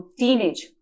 teenage